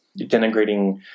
denigrating